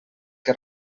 que